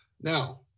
Now